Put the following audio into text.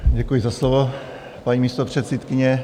Děkuji za slovo, paní místopředsedkyně.